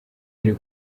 ari